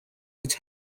its